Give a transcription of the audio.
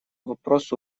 вопросу